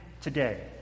today